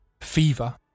fever